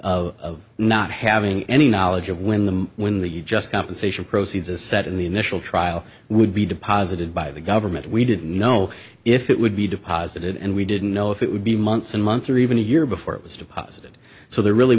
difficulty of not having any knowledge of when the when the you just compensation proceeds is set in the initial trial would be deposited by the government we didn't know if it would be deposited and we didn't know if it would be months and months or even a year before it was deposited so there really